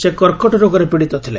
ସେ କର୍କଟ ରୋଗରେ ପୀଡିତ ଥିଲେ